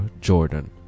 Jordan